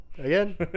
Again